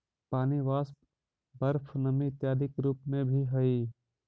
पानी वाष्प, बर्फ नमी इत्यादि के रूप में भी हई